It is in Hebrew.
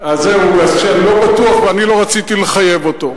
אז זהו, שאני לא בטוח ואני לא רציתי לחייב אותו.